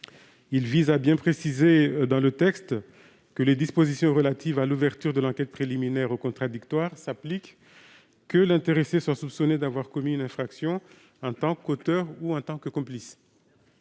Il vise à bien préciser dans le texte que les dispositions relatives à l'ouverture de l'enquête préliminaire au contradictoire s'appliquent que l'intéressé soit soupçonné d'avoir commis une infraction en tant qu'auteur ou en tant que complice.